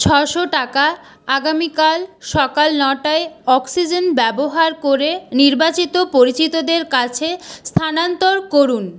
ছশো টাকা আগামীকাল সকাল নটায় অক্সিজেন ব্যবহার করে নির্বাচিত পরিচিতদের কাছে স্থানান্তর করুন